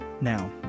Now